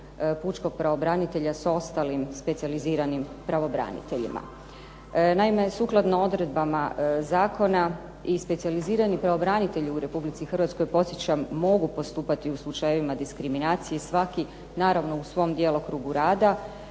pučkog pravobranitelja sa ostalim specijaliziranim pravobraniteljima. Naime, sukladno odredbama zakona i specijalizirani pravobranitelji u Republici Hrvatskoj podsjećam, mogu postupati u slučaju diskriminacije, naravno svaki u svom djelokrugu rada,